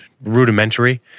rudimentary